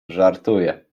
żartuje